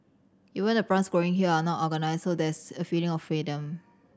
even the plants growing here are not organised so there's a feeling of freedom